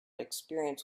experience